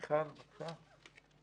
מיכל, בבקשה.